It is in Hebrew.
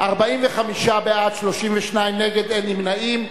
45 בעד, 32 נגד, אין נמנעים.